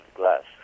glass